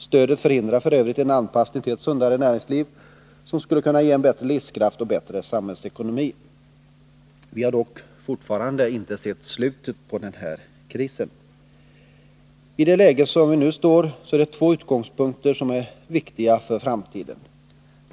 Stödet förhindrar f. ö. en anpassning till ett sundare näringsliv som skulle kunna ge bättre livskraft och bättre samhällsekonomi. Vi har dock fortfarande inte sett slutet på den här krisen. I det läge som vi nu befinner oss i är det två utgångspunkter som är viktiga för den framtida politiken.